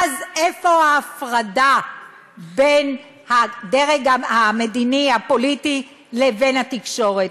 אז איפה ההפרדה בין הדרג המדיני-פוליטי לבין התקשורת?